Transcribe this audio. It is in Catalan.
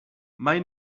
mai